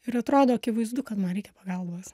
ir atrodo akivaizdu kad man reikia pagalbos